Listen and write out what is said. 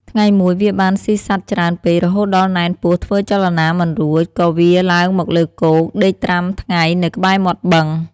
ថ្ងៃមួយ វាបានស៊ីសត្វច្រើនពេករហូតដល់ណែនពោះធ្វើចលនាមិនរួច ក៏វារឡើងមកលើគោកដេកត្រាំថ្ងៃនៅក្បែរមាត់បឹង។